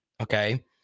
okay